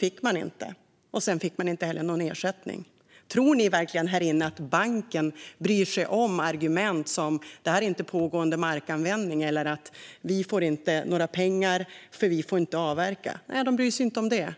fick de inte det, och sedan fick de inte heller någon ersättning. Tror ni här inne verkligen att banken bryr sig om argument som "det här är inte pågående markanvändning" eller "vi får inte några pengar, för vi får inte avverka"? Nej, de bryr sig inte om det;